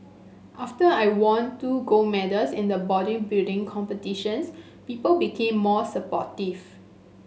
after I won two gold medals in the bodybuilding competitions people became more supportive